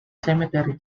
cemetery